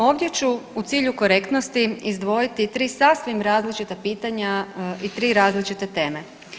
Ovdje ću u cilju korektnosti izdvojiti tri sasvim različita pitanja i tri različite teme.